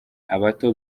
abato